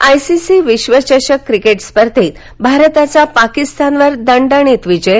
ICC विश्वचषक cricket स्पर्धेत भारताचा पाकिस्तानवर दणदणीत विजय